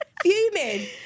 Fuming